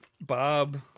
Bob